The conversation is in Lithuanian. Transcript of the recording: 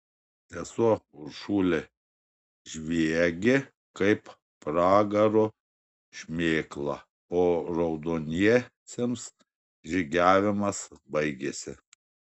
sesuo uršulė žviegė kaip pragaro šmėkla o raudoniesiems žygiavimas baigėsi